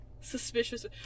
Suspicious